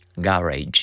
Garage